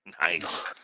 Nice